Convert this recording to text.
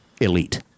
elite